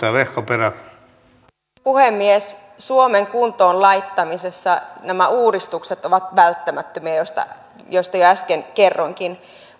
puhemies suomen kuntoon laittamisessa nämä uudistukset ovat välttämättömiä ja niistä jo äsken kerroinkin